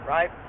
Right